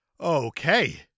okay